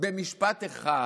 במשפט אחד